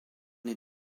est